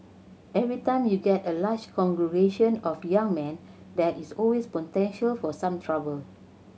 every time you get a large congregation of young men there is always potential for some trouble